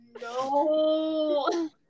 no